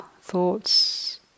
thoughts